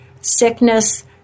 sickness